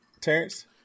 Terrence